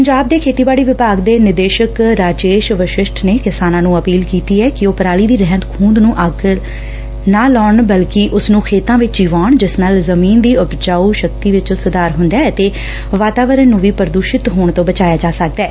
ਪੰਜਾਬ ਦੇ ਖੇਤੀਬਾੜੀ ਵਿਭਾਗ ਦੇ ਨਿਦੇਸ਼ਕ ਰਾਜੇਸ਼ ਵਸ਼ਿਸ਼ਟ ਨੇ ਕਿਸਾਨਾਂ ਨੂੰ ਅਪੀਲ ਕੀਤੀ ਐ ਕਿ ਉਹ ਪਰਾਲੀ ਦੀ ਰਹਿੰਦ ਖ਼ੰਹਦ ਨੂੰ ਅੱਗ ਨਾ ਲਾਉਣ ਬਲਕਿ ਉਸ ਨੂੰ ਖੇਤਾਂ ਵਿਚ ਹੀ ਵਾਹੁਣ ਜਿਸ ਨਾਲ ਜ਼ਮੀਨ ਦੀ ਉਪਜਾਉ ਵਿਚ ਸੁਧਾਰ ਹੁੰਦੈ ਅਤੇ ਵਾਤਾਵਰਨ ਨੂੰ ਵੀ ਪੁਦੁਸ਼ਿਤ ਹੋਣ ਤੋਂ ਬਚਾਇਆ ਜਾ ਸਕਦੈ